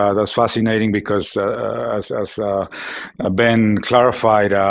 ah that's fascinating because as as ah ben clarified,